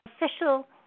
official